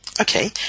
Okay